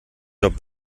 job